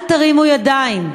אל תרימו ידיים.